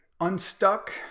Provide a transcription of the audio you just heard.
unstuck